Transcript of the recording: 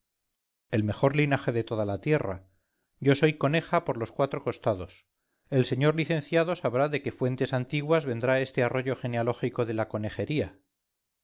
el mejor linaje de toda la tierra yo soy coneja por los cuatro costados el señor licenciado sabrá de qué fuentes antiguas vendrá este arroyo genealógico de la conejería